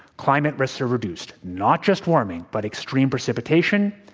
climate risks are reduced not just warming, but extreme precipitation,